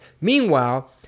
meanwhile